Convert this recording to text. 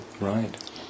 Right